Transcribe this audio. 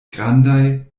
grandaj